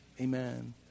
Amen